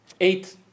eight